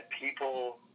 people